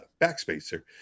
backspacer